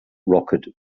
rocket